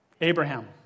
Abraham